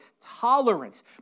tolerance